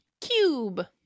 Cube